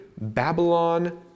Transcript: Babylon